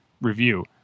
review